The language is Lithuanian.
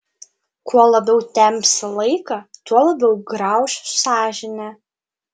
kuo labiau tempsi laiką tuo labiau grauš sąžinė